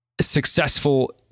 successful